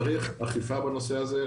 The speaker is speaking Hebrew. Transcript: צריך אכיפה בנושא הזה,